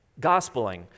Gospeling